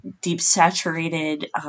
deep-saturated